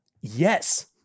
yes